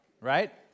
right